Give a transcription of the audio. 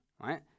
right